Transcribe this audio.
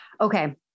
Okay